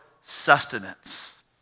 sustenance